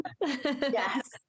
Yes